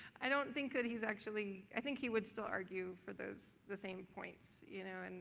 i don't think that he's actually i think he would still argue for those the same points, you know? and